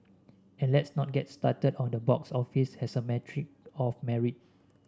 and let's not get started on the box office as a metric of merit